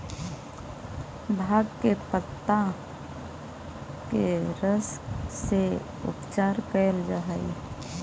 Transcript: भाँग के पतत्ता के रस से उपचार कैल जा हइ